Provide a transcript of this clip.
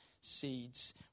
seeds